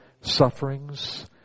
sufferings